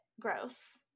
Gross